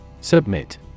Submit